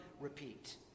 Repeat